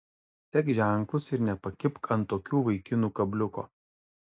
sek ženklus ir nepakibk ant tokių vaikinų kabliuko